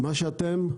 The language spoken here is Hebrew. מה שאתם,